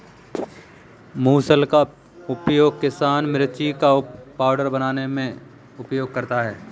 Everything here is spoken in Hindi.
मुसल का उपयोग किसान मिर्ची का पाउडर बनाने में उपयोग करते थे